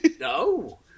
No